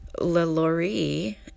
LaLaurie